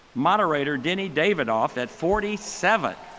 moderator denny davidoff at forty seven.